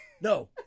no